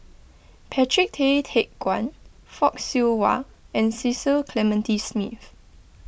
Patrick Tay Teck Guan Fock Siew Wah and Cecil Clementi Smith